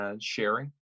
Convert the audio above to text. sharing